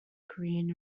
korean